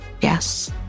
Yes